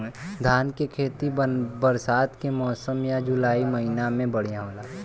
धान के खेती बरसात के मौसम या जुलाई महीना में बढ़ियां होला?